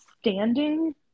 standing